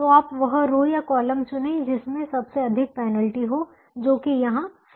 तो आप वह रो या कॉलम चुनें जिसमें सबसे अधिक पेनल्टी हो जो कि यहां 4 है